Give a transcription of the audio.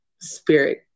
spirit